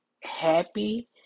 happy